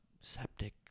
septic